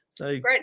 Great